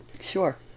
Sure